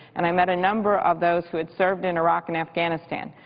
and i met a number of those who had served in iraq and afghanistan.